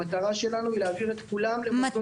המטרה שלנו היא להעביר את כולם ---.